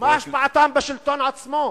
מה השפעתם בשלטון עצמו?